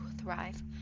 Thrive